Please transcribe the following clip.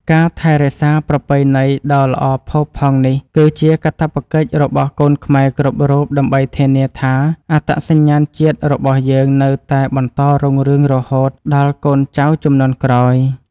ការថែរក្សាប្រពៃណីដ៏ល្អផូរផង់នេះគឺជាកាតព្វកិច្ចរបស់កូនខ្មែរគ្រប់រូបដើម្បីធានាថាអត្តសញ្ញាណជាតិរបស់យើងនៅតែបន្តរុងរឿងរហូតដល់កូនចៅជំនាន់ក្រោយ។